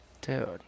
Dude